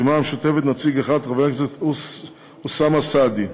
הרשימה המשותפת, נציג אחד, חבר הכנסת אוסאמה סעדי,